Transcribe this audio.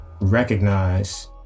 recognize